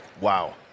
Wow